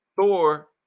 Thor